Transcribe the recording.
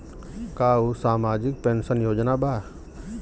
का उ सामाजिक पेंशन योजना बा?